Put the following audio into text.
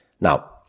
Now